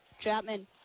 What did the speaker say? Chapman